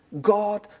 God